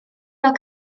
fel